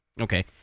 Okay